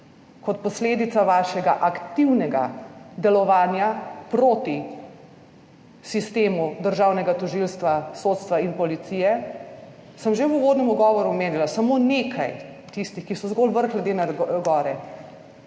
Kot posledica vašega aktivnega delovanja proti sistemu državnega tožilstva, sodstva in policije sem že v uvodnem govoru omenila samo nekaj tistih, ki so zgolj vrh ledene gore.